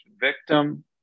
victim